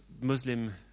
Muslim